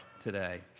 today